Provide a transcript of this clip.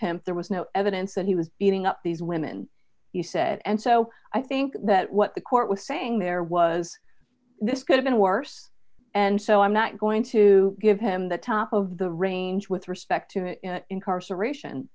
pimp there was no evidence that he was beating up these women you said and so i think that what the court was saying there was this could have been worse and so i'm not going to give him the top of the range with respect to incarceration